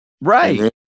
Right